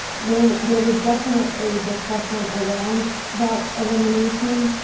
there there was definitely discussion around that elimination,